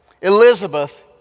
Elizabeth